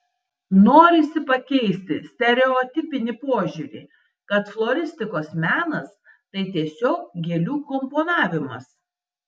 norisi pakeisti stereotipinį požiūrį kad floristikos menas tai tiesiog gėlių komponavimas